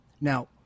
Now